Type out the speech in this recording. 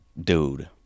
dude